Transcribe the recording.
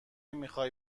میخای